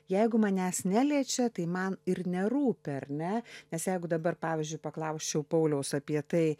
jeigu manęs neliečia tai man ir nerūpi ar ne nes jeigu dabar pavyzdžiui paklausčiau pauliaus apie tai